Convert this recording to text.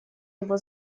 его